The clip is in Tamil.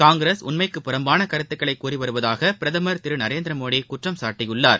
காங்கிரஸ் உண்மைக்கு புறம்பான கருத்துக்களை கூறிவருவதாக பிரதமர் திரு நரேந்திரமோடி குற்றம் சாட்டியுள்ளார்